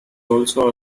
also